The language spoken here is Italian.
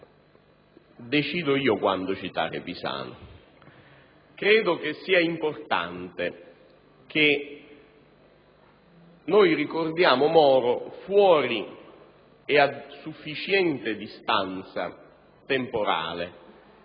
Decido io quando citare Pisanu. Credo sia importante che ricordiamo Moro fuori e a sufficiente distanza temporale